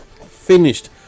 finished